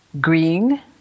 green